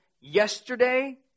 Yesterday